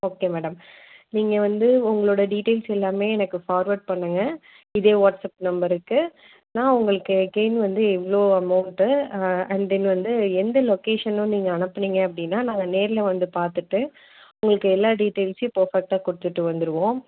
okay madam நீங்கள் வந்து உங்களோட டீட்டெயில்ஸ் எல்லாமே எனக்கு ஃபார்வேர்ட் பண்ணுங்க இதே வாட்ஸப் நம்பருக்கு நான் உங்களுக்கு அகைன் வந்து எவ்வளோ அமௌண்ட்டு அண்ட் தென் வந்து எந்த லொக்கேஷனும் நீங்கள் அனுப்பினீங்க அப்படின்னா நாங்கள் நேரில் வந்து பார்த்துட்டு உங்களுக்கு எல்லா டீட்டைல்ஸையும் பர்ஃபக்ட்டாக கொடுத்துட்டு வந்துடுவோம்